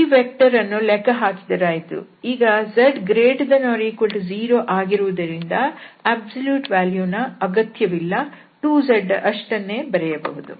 ಈ ವೆಕ್ಟರ್ ಅನ್ನು ಲೆಕ್ಕ ಹಾಕಿದ್ದಾಯಿತು ಈಗ z≥0 ಆಗಿರುವುದರಿಂದ ಸಂಪೂರ್ಣ ಮೌಲ್ಯ ದ ಅಗತ್ಯವಿಲ್ಲ 2z ಅಷ್ಟನ್ನೇ ಬರೆಯಬಹುದು